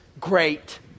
great